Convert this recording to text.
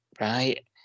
Right